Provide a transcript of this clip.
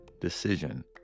decision